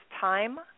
time